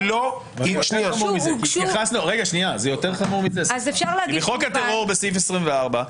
היא לא --- זה יותר חמור --- בחוק הטרור בסעיף 24,